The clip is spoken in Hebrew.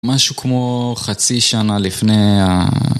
משהו כמו חצי שנה לפני ה...